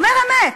אומר אמת.